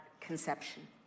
conception